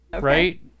right